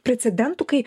precedentų kai